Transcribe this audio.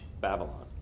Babylon